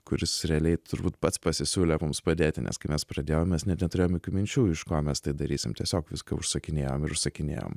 kuris realiai turbūt pats pasisiūlė mums padėti nes kai mes pradėjom mes net neturėjom jokių minčių iš ko mes tai darysim tiesiog viską užsakinėjom ir užsakinėjom